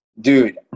Dude